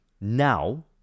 now